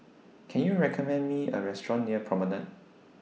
Can YOU recommend Me A Restaurant near Promenade